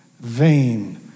vain